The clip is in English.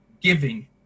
giving